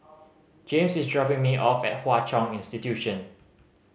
Jaymes is dropping me off at Hwa Chong Institution